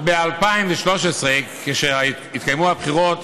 ב-2013, כאשר התקיימו הבחירות,